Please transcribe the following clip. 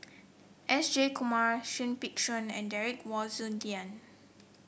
S Jayakumar Seah Peck Seah and Derek Wong Zi Gan